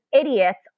idiots